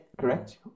correct